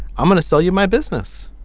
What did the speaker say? i'm going to sell you my business.